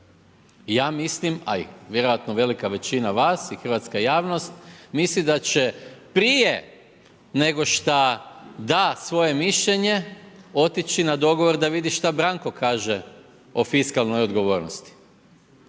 Ja mislim, a i vjerojatno velika većina vas, a i hrvatska javnost, mislim da će prije, nego što da svoje mišljenje, otići na dogovor da vidi šta Branko kaže o fiskalnoj odgovornosti